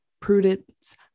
Prudence